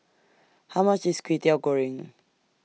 How much IS Kway Teow Goreng